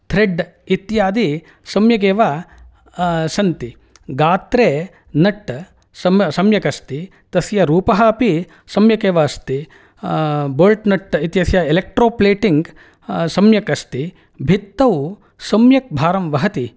thread इत्यादि सम्यगेव सन्ति गात्रे नट् शम् सम्यकस्ति तस्य रूपः अपि सम्यकेव अस्ति बोल्ट् नट् इत्यस्य एलेक्ट्रोप्लेटिङ्ग् सम्यकस्ति भित्तौ सम्यक् भारं वहति